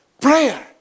prayer